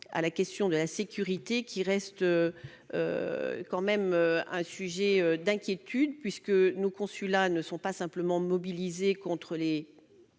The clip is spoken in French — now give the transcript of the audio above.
la question de la sécurité, qui reste un motif d'inquiétude. Nos consulats ne sont pas simplement mobilisés contre les